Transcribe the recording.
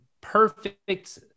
perfect